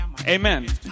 Amen